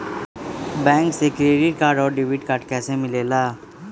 Bank से credit और debit card कैसी मिलेला?